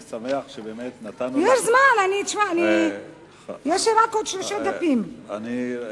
יש זמן, יש לי רק עוד שלושה דפים לסיים.